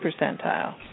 percentile